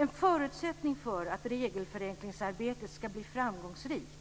En förutsättning för att regelförenklingsarbetet ska bli framgångsrikt